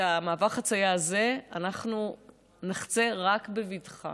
את מעבר החציה הזה נחצה רק בבטחה,